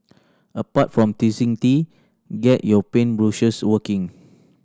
apart from teasing tea get your paint brushes working